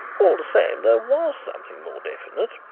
all the same there was something more definite.